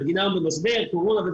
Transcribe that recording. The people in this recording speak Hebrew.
המדינה במשבר ועכשיו יש גם קורונה.